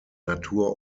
natur